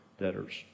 debtors